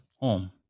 home